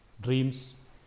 dreams